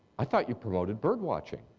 i thought you promoted birdwatching.